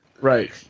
Right